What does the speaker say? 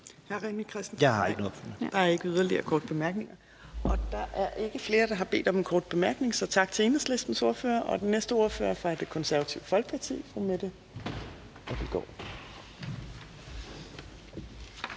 Fjerde næstformand (Trine Torp): Der er ikke yderligere korte bemærkninger. Der er ikke flere, der har bedt om en kort bemærkning, så tak til Enhedslistens ordfører. Den næste ordfører er fra Det Konservative Folkeparti, fru Mette Abildgaard